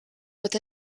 with